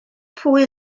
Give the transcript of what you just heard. pwy